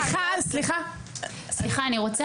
אני רוצה